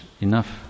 enough